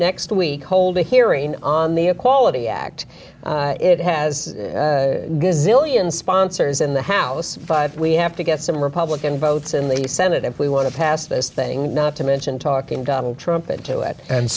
next week hold a hearing on the equality act it has sponsors in the house five we have to get some republican votes in the senate and we want to pass this thing not to mention talking donald trump into it and